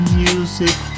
music